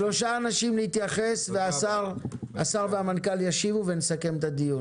ניתן לשלושה אנשים להתייחס ואז השר והמנכ"ל ישיבו ונסכם את הדיון.